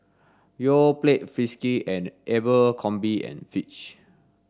Yoplait Friskies and Abercrombie and Fitch